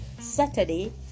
Saturday